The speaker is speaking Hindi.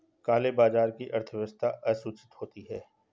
काले बाजार की अर्थव्यवस्था असूचित होती है